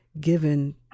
given